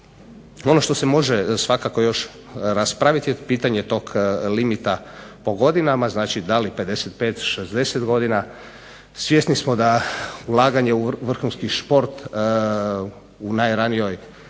Ono što se može svakako još raspraviti je pitanje tog limita po godinama, znači da li 55, 60 godina. Svjesni smo da ulaganje u vrhunski sport u najranijoj